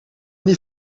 niet